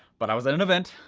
but i was at an event,